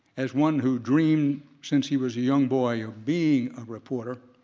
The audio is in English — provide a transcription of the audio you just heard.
as one who dreamed since he was a young boy of being a reporter,